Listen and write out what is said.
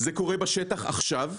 זה קורה בשטח עכשיו.